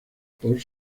por